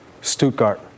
Stuttgart